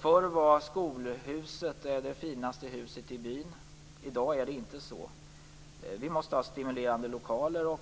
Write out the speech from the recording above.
Förr var skolhuset det finaste huset i byn. I dag är det inte så. Vi måste ha stimulerande lokaler och